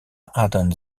hadden